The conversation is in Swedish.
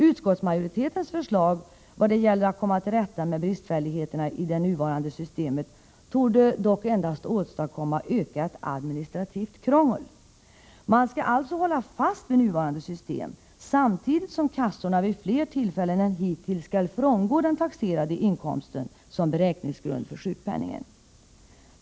Utskottsmajoritetens förslag vad det gäller att komma till rätta med bristfälligheterna i det nuvarande systemet torde dock endast åstadkomma ökat administrativt krångel. Man skall alltså hålla fast vid nuvarande system samtidigt som kassorna vid fler tillfällen än hittills skall frångå den taxerade inkomsten som beräkningsgrund för sjukpenning.